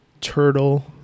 turtle